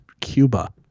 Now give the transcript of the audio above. Cuba